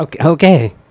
Okay